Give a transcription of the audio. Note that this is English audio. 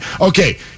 Okay